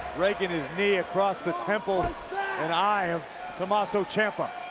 raking his knee across the temple and eye of tommaso ciampa.